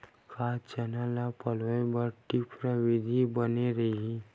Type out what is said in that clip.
का चना ल पलोय बर ड्रिप विधी बने रही?